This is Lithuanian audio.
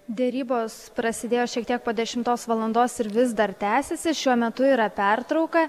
derybos prasidėjo šiek tiek po dešimtos valandos ir vis dar tęsiasi šiuo metu yra pertrauka